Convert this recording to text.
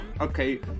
okay